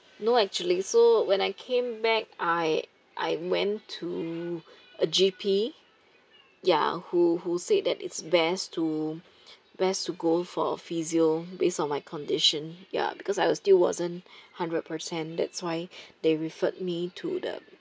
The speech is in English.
no actually so when I came back I I went to a G_P ya who who said that it's best to best to go for physio based on my condition ya because I was still wasn't hundred percent that's why they referred me to the um